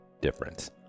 difference